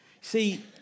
See